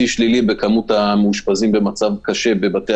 שיא שלילי במצב המאושפזים במצב קשה בבתי